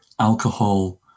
alcohol